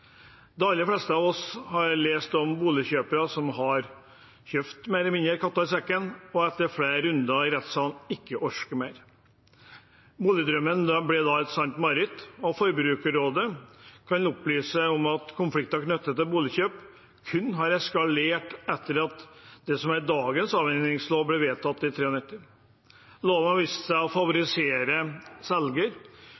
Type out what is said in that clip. De aller fleste av oss har lest om boligkjøpere som mer eller mindre har kjøpt katta i sekken, og som etter flere runder i rettsalen ikke orker mer. Boligdrømmen ble et sant mareritt. Forbrukerrådet kan opplyse om at konflikter knyttet til boligkjøp har eskalert etter at dagens avhendingslov ble vedtatt i 1993. Loven viste seg å